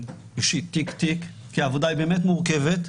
אישית, תיק תיק, כי העבודה היא באמת מורכבת,